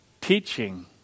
teaching